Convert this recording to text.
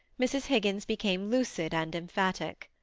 mrs. higgins became lucid and emphatic.